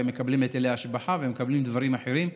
הרי מקבלים היטלי השבחה ומקבלים דברים אחרים,